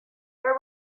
were